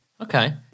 Okay